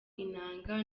inanga